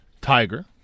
Tiger